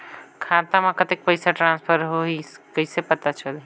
खाता म कतेक पइसा ट्रांसफर होईस कइसे पता चलही?